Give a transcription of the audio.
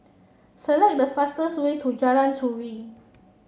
select the fastest way to Jalan Turi